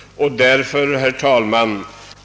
Herr talman!